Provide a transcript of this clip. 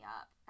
up